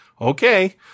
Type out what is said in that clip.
Okay